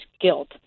guilt